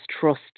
trust